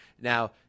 Now